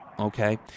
Okay